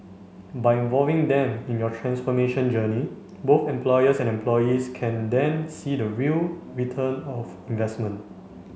by involving them in your transformation journey both employers and employees can then see the real return of investment